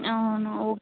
అవును